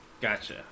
Gotcha